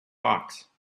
hawks